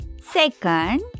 Second